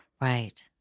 Right